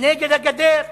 נגד הגדר.